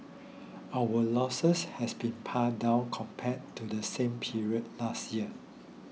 our losses has been pared down compared to the same period last year